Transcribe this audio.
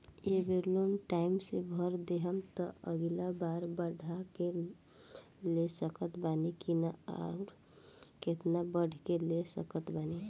ए बेर loan time से भर देहम त अगिला बार बढ़ा के ले सकत बानी की न आउर केतना बढ़ा के ले सकत बानी?